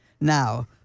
now